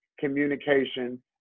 communication